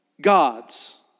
gods